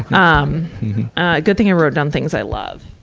um good thing i wrote down things i love.